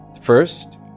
First